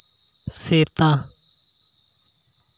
ᱥᱮᱛᱟ